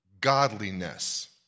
godliness